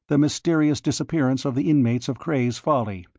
the mysterious disappearance of the inmates of cray's folly,